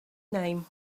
name